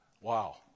Wow